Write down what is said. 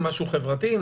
משהו חברתי,